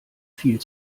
viel